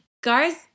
guys